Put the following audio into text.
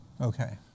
Okay